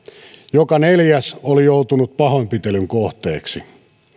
joka neljäs oli joutunut pahoinpitelyn kohteeksi